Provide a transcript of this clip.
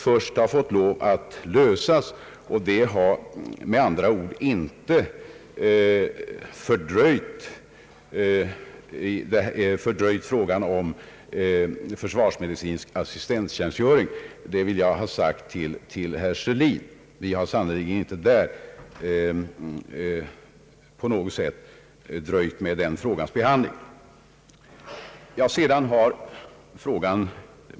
först har måst lösas, och detta har med andra ord inte fördröjt frågan om försvarsmedicinsk assistenttjänstgöring. Jag vill alltså säga herr Sörlin, att vi inte alls dröjt med den frågans behandling.